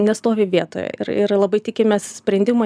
nestovi vietoje ir ir labai tikimės sprendimo